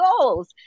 goals